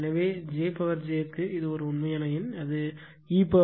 என் jjக்கு இது ஒரு உண்மையான எண் அது e π 2